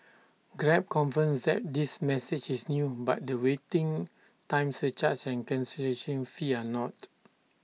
grab confirms that this message is new but the waiting time surcharge and cancellation fee are not